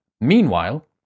Meanwhile